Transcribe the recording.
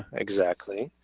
exactly.